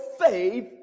faith